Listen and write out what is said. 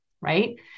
Right